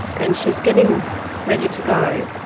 and she is getting ready to go.